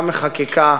גם בחקיקה